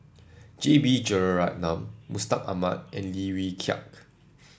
J B Jeyaretnam Mustaq Ahmad and Lim Wee Kiak